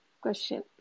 question